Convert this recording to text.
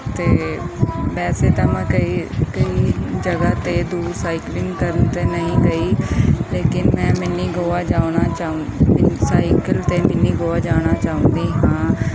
ਅਤੇ ਵੈਸੇ ਤਾਂ ਮੈਂ ਕਈ ਕਈ ਜਗ੍ਹਾ 'ਤੇ ਦੂਰ ਸਾਈਕਲਿੰਗ ਕਰਨ ਤਾਂ ਨਹੀਂ ਗਈ ਲੇਕਿਨ ਮੈਂ ਮਿਨੀ ਗੋਆ ਜਾਣਾ ਚਾਹੁੰ ਸਾਈਕਲ 'ਤੇ ਮਿਨੀ ਗੋਆ ਜਾਣਾ ਚਾਹੁੰਦੀ ਹਾਂ